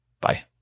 Bye